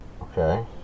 Okay